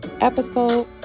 episode